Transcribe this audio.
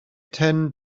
ten